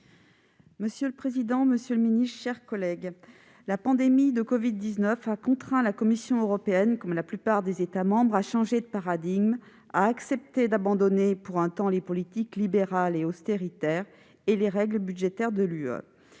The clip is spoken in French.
Monsieur le président, monsieur le secrétaire d'État, mes chers collègues, la pandémie de covid-19 a contraint la Commission européenne, comme la plupart des États membres, à changer de paradigme, en acceptant d'abandonner pour un temps les politiques libérales et d'austérité et les règles budgétaires de l'Union